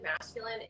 masculine